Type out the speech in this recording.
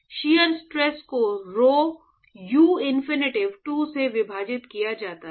shear stress को rho uinfinity 2 से विभाजित किया जाता है